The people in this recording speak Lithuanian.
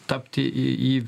tapti į į